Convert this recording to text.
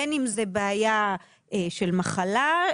בין אם זו בעיה של מחלה,